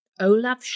Olaf